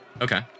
Okay